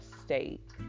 state